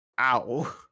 ow